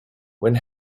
when